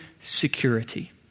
security